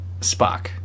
Spock